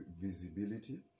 visibility